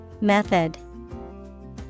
Method